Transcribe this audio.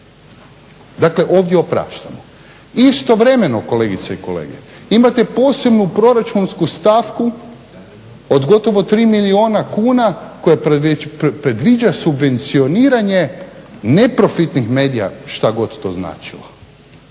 Dakle ovdje opraštamo. Istovremeno, kolegice i kolege, imate posebnu proračunsku stavku od gotovo 3 milijuna kuna koje predviđa subvencioniranje neprofitnih medija, šta god to značilo,